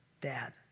dad